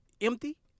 empty